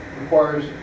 requires